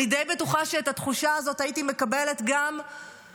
אני די בטוחה שאת התחושה הזאת הייתי מקבלת גם אם